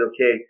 okay